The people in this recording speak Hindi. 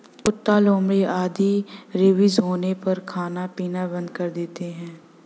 कुत्ता, लोमड़ी आदि रेबीज होने पर खाना पीना बंद कर देते हैं